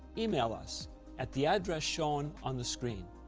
email us at the address shown on the screen.